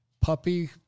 puppy